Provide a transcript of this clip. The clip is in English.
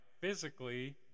physically